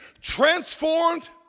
transformed